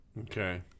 Okay